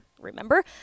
remember